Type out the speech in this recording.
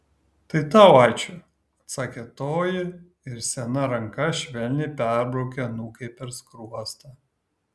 tai tau ačiū atsakė toji ir sena ranka švelniai perbraukė anūkei per skruostą